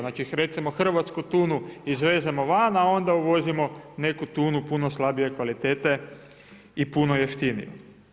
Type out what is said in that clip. Znači recimo hrvatsku tunu izvezemo van a onda uvozimo neku tunu puno slabije kvalitete i puno jeftinije.